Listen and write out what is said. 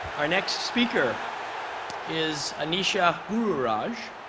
our next speaker is anisha gururaj,